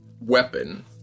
weapon